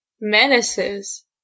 Menaces